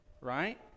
right